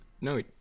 No